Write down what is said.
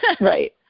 right